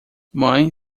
mãe